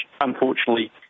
unfortunately